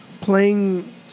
playing